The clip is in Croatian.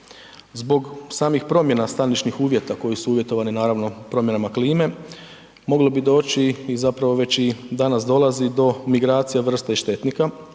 Zbog samih promjena staničnih uvjeta koji su uvjetovani naravno promjenama klime moglo bi doći i zapravo već i danas dolazi do migracija vrste i štetnika,